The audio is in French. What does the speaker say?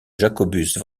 jacobus